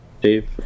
Dave